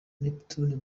neptunez